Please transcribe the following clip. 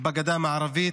בגדה המערבית.